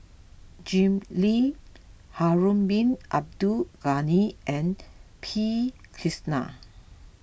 Jim Lim Harun Bin Abdul Ghani and P Krishnan